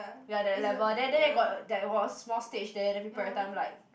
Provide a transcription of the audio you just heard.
we are that level then then there got there was small stage there then people like